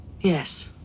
Yes